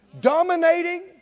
dominating